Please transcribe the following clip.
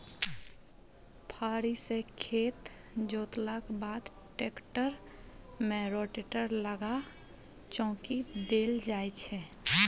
फारी सँ खेत जोतलाक बाद टेक्टर मे रोटेटर लगा चौकी देल जाइ छै